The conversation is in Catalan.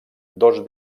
dos